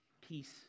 peace